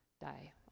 die